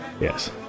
Yes